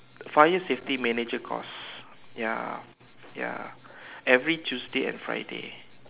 fire safety manager course ya ya every Tuesday and Friday